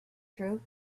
through